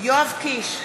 יואב קיש,